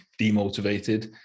demotivated